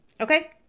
Okay